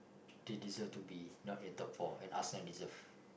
they deserve to be not at top four and Arsenal deserve